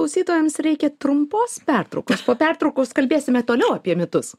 klausytojams reikia trumpos pertraukos po pertraukos kalbėsime toliau apie mitus